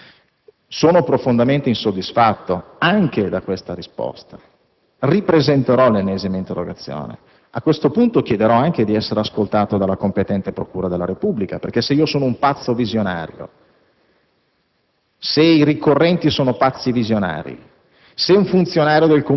Allora, concludendo, sono profondamente insoddisfatto anche da questa risposta; ripresenterò l'ennesima interrogazione. A questo punto chiederò anche di essere ascoltato dalla competente procura della Repubblica, perché se sono un pazzo visionario,